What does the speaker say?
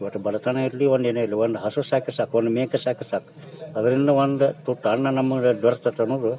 ಒಟ್ಟು ಬಡತನ ಇರಲಿ ಒಂದು ಏನೇ ಇರಲಿ ಒಂದು ಹಸು ಸಾಕಿರೆ ಸಾಕು ಒಂದು ಮೇಕೆ ಸಾಕ್ದ್ರ್ ಸಾಕು ಅದರಿಂದ ಒಂದು ತುತ್ತು ಅನ್ನ ನಮಗೆ ದೊರ್ಕ್ತೈತೆ ಅನ್ನುವುದು